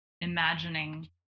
imagining